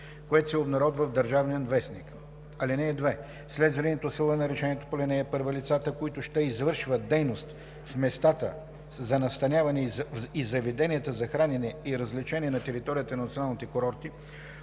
което се обнародва в „Държавен вестник“. (2) След влизането в сила на решението по ал. 1 лицата, които ще извършват дейност в местата за настаняване и заведенията за хранене и развлечения на територията на националните курорти,